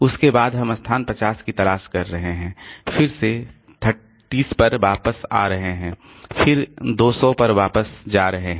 उसके बाद हम स्थान 50 की तलाश कर रहे हैं फिर से 30 पर वापस आ रहे हैं फिर 200 पर जा रहे हैं